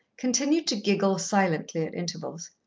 continued to giggle silently at intervals.